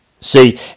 See